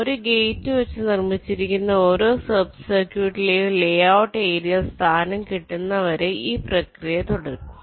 ഒരു ഗേറ്റ് വച്ച നിർമിച്ചിരിക്കുന്ന ഓരോ സബ്ബ് സർക്യൂട്ട്ടും ലെ ഔട്ട് ഏരിയയിൽ സ്ഥാനം കിട്ടുന്നത് വരെ ഈ പ്രക്രിയ തുടരും